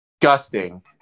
disgusting